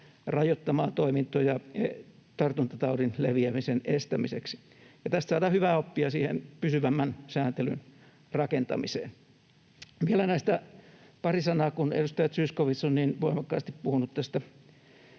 rajoittamaan toimintoja tartuntataudin leviämisen estämiseksi. Tästä saadaan hyvää oppia siihen pysyvämmän sääntelyn rakentamiseen. Vielä pari sanaa siitä, kun edustaja Zyskowicz on niin voimakkaasti puhunut tästä